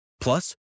Plus